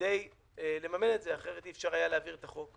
כדי לממן את זה אחרת אי אפשר היה להעביר את החוק.